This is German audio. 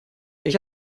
ich